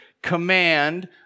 command